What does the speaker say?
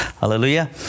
Hallelujah